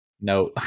no